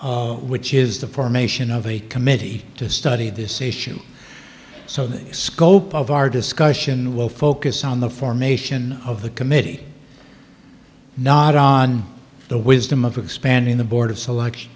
which is the formation of a committee to study this issue so the scope of our discussion will focus on the formation of the committee not the wisdom of expanding the board of select